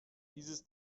dieses